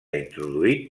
introduït